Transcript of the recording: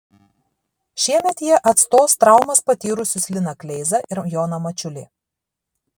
šiemet jie atstos traumas patyrusius liną kleizą ir joną mačiulį